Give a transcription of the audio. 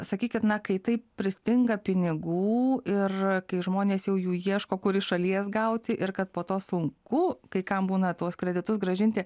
sakykit na kai taip pristinga pinigų ir kai žmonės jau jų ieško kur iš šalies gauti ir kad po to sunku kai kam būna tuos kreditus grąžinti